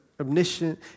omniscient